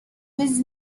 was